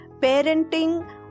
parenting